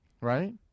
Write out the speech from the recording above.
Right